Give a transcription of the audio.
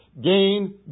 gain